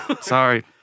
Sorry